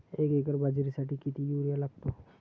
एक एकर बाजरीसाठी किती युरिया लागतो?